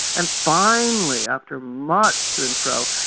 and finally, after much to and fro,